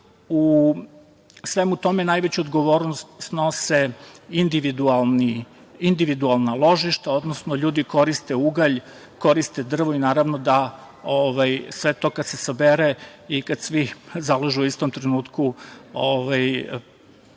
u svemu tome najveću odgovornost snose individualna ložišta, odnosno ljudi koriste ugalj, koriste drvo i naravno da sve to kada se sabere i kada svi založe u istom trenutku